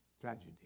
tragedy